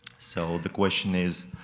so the question is.